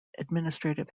administrative